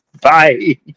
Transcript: Bye